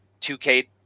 2k